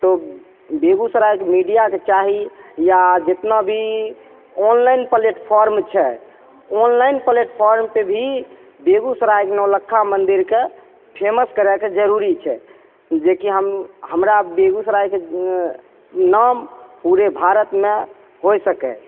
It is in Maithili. तऽ बेगूसराय मीडिआके चाही या जतना भी ऑनलाइन प्लेटफॉर्म छै ऑनलाइन प्लेटफॉर्मपर भी बेगूसरायके नौलक्खा मन्दिरके फेमस करैके जरूरी छै जेकि हम हमरा बेगूसरायके नाम पूरे भारतमे होइ सकै